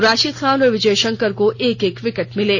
राशिद खान और विजय शंकर को एक एक विकेट मिले